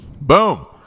Boom